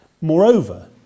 Moreover